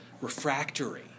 refractory